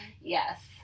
Yes